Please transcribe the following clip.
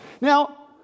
Now